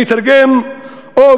אני אתרגם: הו,